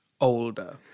older